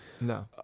No